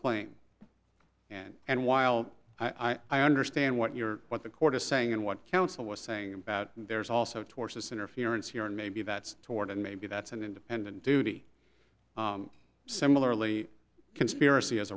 claim and and while i understand what you're what the court is saying and what counsel was saying about there's also tortious interference here and maybe that's torn and maybe that's an independent duty similarly conspiracy as